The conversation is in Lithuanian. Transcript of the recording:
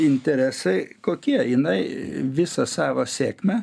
interesai kokie jinai visą savo sėkmę